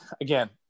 again